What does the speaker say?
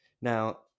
now